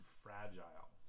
fragile